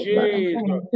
Jesus